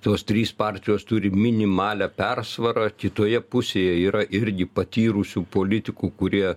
tos trys partijos turi minimalią persvarą kitoje pusėje yra irgi patyrusių politikų kurie